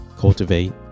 cultivate